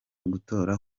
gutora